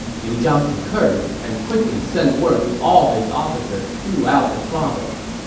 liu zhang concurred and quickly sent word to all his officers throughout the province.